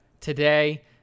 today